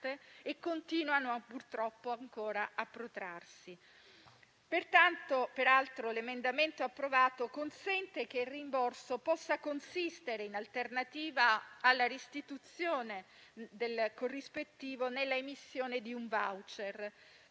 e continuano purtroppo ancora a protrarsi. Peraltro, l'emendamento approvato consente che il rimborso consista, in alternativa alla restituzione del corrispettivo, nell'emissione di un *voucher*